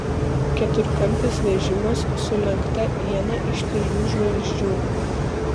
keturkampis vežimas su lenkta iena iš trijų žvaigždžių